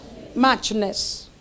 Matchness